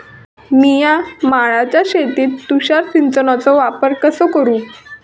मिया माळ्याच्या शेतीत तुषार सिंचनचो वापर कसो करू?